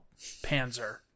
Panzer